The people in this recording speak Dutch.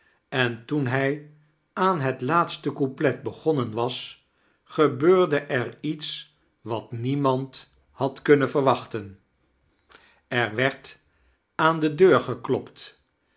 en toen hij aan het laatste couplet begonnen was gebeurde er iets wat niemand had kunnen verwachten charles dickens er werd aan de deur geklopt